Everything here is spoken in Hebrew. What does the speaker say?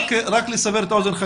רק לסבר את האוזן,